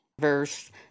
verse